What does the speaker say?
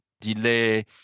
delay